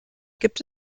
gibt